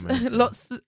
lots